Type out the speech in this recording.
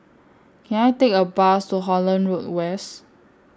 Can I Take A Bus to Holland Road West